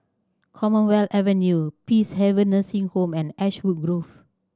Commonwealth Avenue Peacehaven Nursing Home and Ashwood Grove